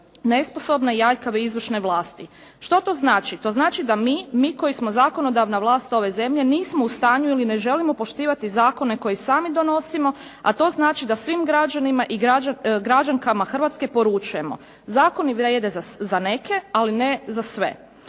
nesposobne i aljkave izvršne vlasti. Što to znači? To znači da mi koji smo zakonodavna vlast ove zemlje nismo u stanju ili ne želimo poštivati zakone koje sami donosimo a to znači da svim građanima i građankama poručujemo "Zakoni vrijede za neke ali ne za sve.".